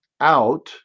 out